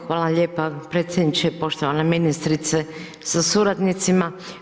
Hvala lijepa predsjedniče, poštovana ministrice sa suradnicima.